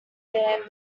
bear